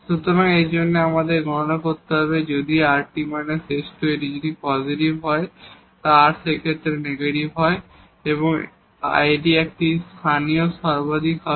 সুতরাং এর জন্য আমাদের গণনা করতে হবে যদি rt − s2 যদি এটি পজিটিভ হয় এবং r সেই ক্ষেত্রে নেগেটিভ হয় এটি একটি লোকাল ম্যাক্সিমা হবে